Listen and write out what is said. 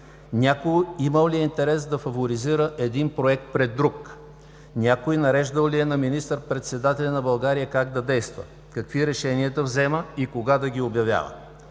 някой имал ли е интерес да фаворизира един проект пред друг; някой нареждал ли е на министър-председателя на България как да действа, какви решения да взема и кога да ги обявява?